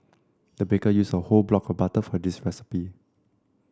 the baker used a whole block of butter for this recipe